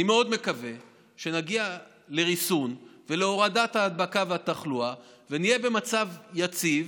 אני מאוד מקווה שנגיע לריסון ולהורדת ההדבקה והתחלואה ונהיה במצב יציב,